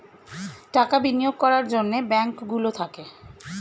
টাকা বিনিয়োগ করার জন্যে ব্যাঙ্ক গুলো থাকে